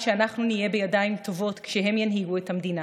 שאנחנו נהיה בידיים טובות כשהם ינהיגו את המדינה.